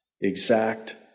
exact